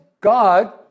God